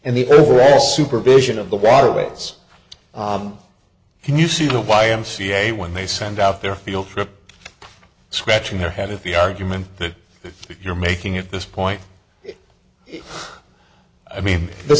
and the overall supervision of the waterways can you see the y m c a when they send out their field trip scratching their head if the argument that you're making at this point i mean the